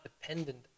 dependent